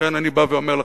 ולכן אני בא ואומר לכם: